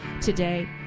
today